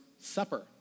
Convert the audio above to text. Supper